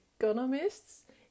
economists